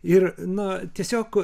ir na tiesiog